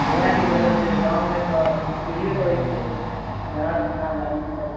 इएहके वजहसँ गाममे एतऽ बुझबे करै छिए उधार पुधार लगबे करै छै